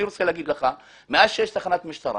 אני רוצה לומר לך שמאז שיש תחנת משטרה,